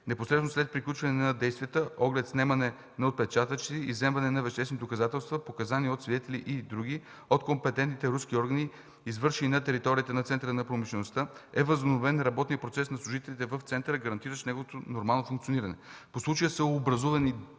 Непосредствено след приключване на действията – оглед, снемане на отпечатъци, изземване на веществени доказателства, показания от свидетели и други от компетентните руски органи, извършени на територията на Центъра на промишлеността, е възобновен работният процес на служителите в центъра, гарантиращ неговото нормално функциониране. По случая са образувани дела